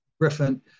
Griffin